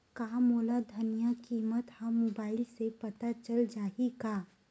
का मोला धनिया किमत ह मुबाइल से पता चल जाही का?